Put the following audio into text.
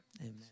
Amen